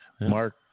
Mark